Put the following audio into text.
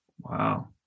Wow